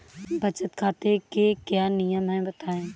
बचत खाते के क्या नियम हैं बताएँ?